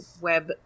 web